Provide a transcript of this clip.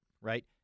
Right